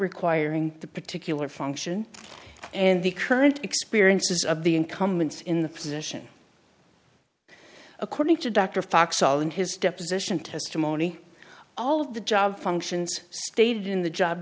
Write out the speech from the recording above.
requiring the particular function and the current experiences of the incumbents in the position according to dr fox all in his deposition testimony all of the job functions stated in the job